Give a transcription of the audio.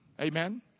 Amen